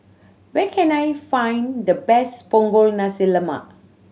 where can I find the best Punggol Nasi Lemak